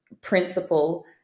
principle